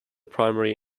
primary